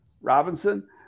Robinson